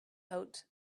out